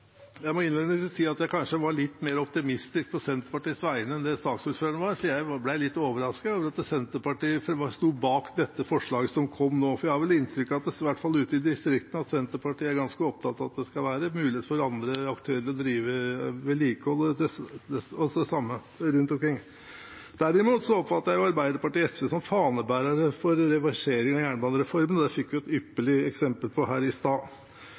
Jeg må innledningsvis si jeg kanskje var litt mer optimistisk på Senterpartiets vegne enn det saksordføreren var, for jeg ble litt overrasket over at Senterpartiet sto bak dette forslaget som kom nå. Jeg har inntrykk av, i hvert fall ute i distriktene, at Senterpartiet er ganske opptatt av at det skal være en mulighet for andre aktører å drive vedlikehold – rundt omkring. Derimot oppfatter jeg Arbeiderpartiet og SV som fanebærere for reversering av jernbanereformen, og det fikk vi et ypperlig eksempel på her i stad.